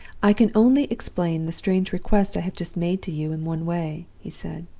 i can only explain the strange request i have just made to you in one way he said.